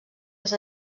les